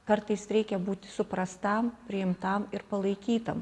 kartais reikia būti suprastam priimtam ir palaikytam